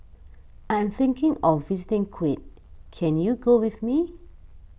I'm thinking of visiting Kuwait can you go with me